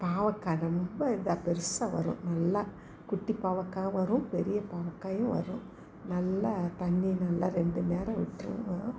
பாவக்காய் ரொம்ப இதாக பெரிசா வரும் நல்லா குட்டி பாவக்காயும் வரும் பெரிய பாவக்காயும் வரும் நல்லா தண்ணி நல்லா ரெண்டு நேரம் விட்டுருவோம்